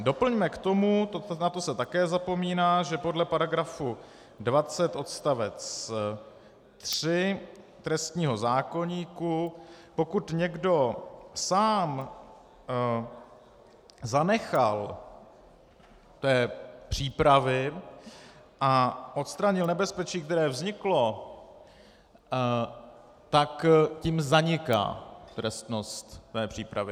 Doplňme k tomu, na to se také zapomíná, že podle § 20 odst. 3 trestního zákoníku pokud někdo sám zanechal té přípravy a odstranil nebezpečí, které vzniklo, tak tím zaniká trestnost té přípravy.